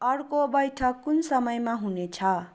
अर्को बैठक कुन समयमा हुनेछ